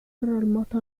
المطر